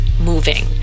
moving